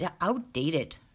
outdated